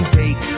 take